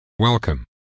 Welcome